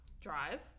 drive